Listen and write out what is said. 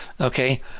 Okay